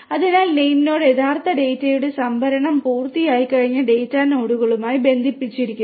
അതിനാൽ നെയിംനോഡ് ബന്ധിപ്പിച്ചിരിക്കുന്നു